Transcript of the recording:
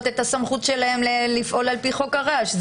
את הסמכות שלהן לפעול על פי חוק הרעש.